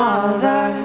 Mother